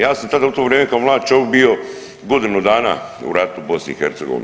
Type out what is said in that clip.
Ja sam tada u to vrijeme kao mlad čovjek bio godinu dana u ratu u BiH.